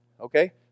Okay